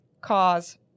cause